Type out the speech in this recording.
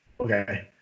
Okay